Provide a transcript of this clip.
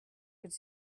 could